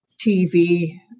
TV